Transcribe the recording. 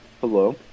Hello